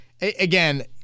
again